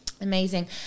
amazing